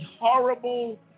horrible